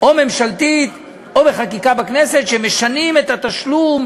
או ממשלתית או בחקיקה בכנסת, שמשנים את התשלום,